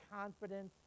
confidence